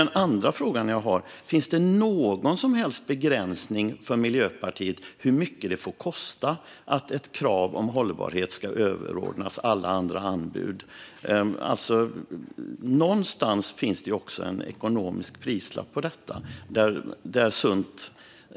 Min andra fråga är: Finns det någon som helst begränsning för Miljöpartiet när det gäller hur mycket det får kosta att ett krav om hållbarhet ska överordnas alla andra anbud? Någonstans finns det ju också en ekonomisk prislapp på detta.